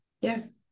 yes